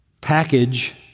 package